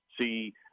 see